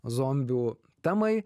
zombių temai